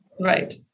Right